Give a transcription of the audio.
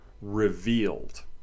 revealed